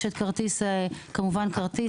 יש כמובן כרטיס.